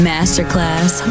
Masterclass